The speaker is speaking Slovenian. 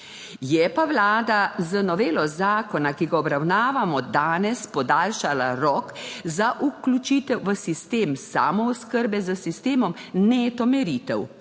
Je pa Vlada z novelo zakona, ki ga obravnavamo danes, podaljšala rok za vključitev v sistem samooskrbe s sistemom neto meritev.